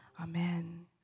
amen